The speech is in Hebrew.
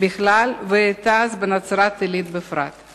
בכלל ותע"ש בנצרת-עילית בפרט.